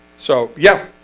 so, yeah